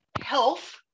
Health